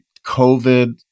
COVID